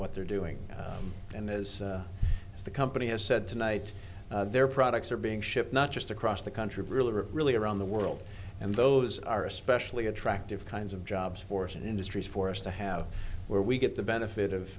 what they're doing and as the company has said tonight their products are being shipped not just across the country really really around the world and those are especially attractive kinds of jobs force in industries for us to have where we get the benefit of